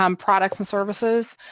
um products and services,